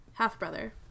half-brother